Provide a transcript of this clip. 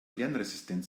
lernresistent